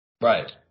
Right